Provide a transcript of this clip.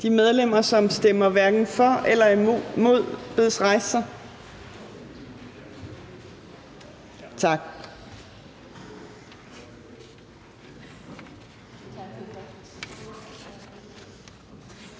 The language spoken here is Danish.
De medlemmer, der stemmer hverken for eller imod, bedes rejse sig. Tak.